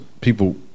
people